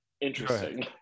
interesting